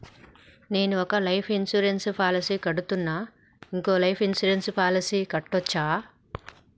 నేను ఒక life insurance policy కడ్తున్నా, ఇంకో లైఫ్ ఇన్సూరెన్స్ పాలసీ కట్టొచ్చా?